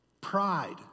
pride